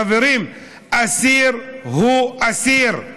חברים, אסיר הוא אסיר.